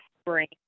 spring